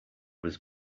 was